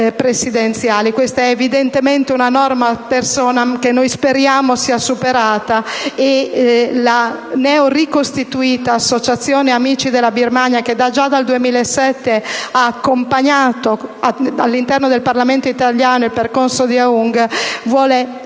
Questa è evidentemente una norma *ad personam* che speriamo sia superata. La ricostituita associazione «Amici della Birmania», che già dal 2007 ha accompagnato all'interno del Parlamento italiano il percorso di Aung, vuole di